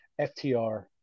FTR